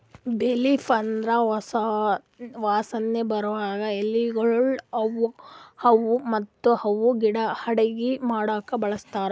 ಬೇ ಲೀಫ್ ಅಂದುರ್ ವಾಸನೆ ಬರದ್ ಎಲಿಗೊಳ್ ಅವಾ ಮತ್ತ ಇವು ಅಡುಗಿ ಮಾಡಾಕು ಬಳಸ್ತಾರ್